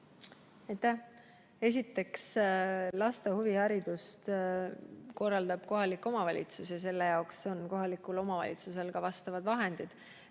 Esiteks, laste huviharidust korraldab kohalik omavalitsus ja selle jaoks on kohalikul omavalitsusel ka vastavad vahendid.